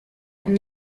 ein